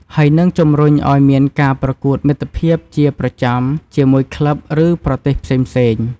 ហើយនឹងជំរុញឲ្យមានការប្រកួតមិត្តភាពជាប្រចាំជាមួយក្លឹប ឬប្រទេសផ្សេងៗ។